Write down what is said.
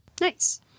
Nice